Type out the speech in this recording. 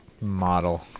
model